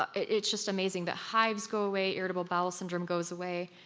but it's just amazing, the hives go away, irritable bowel syndrome goes away,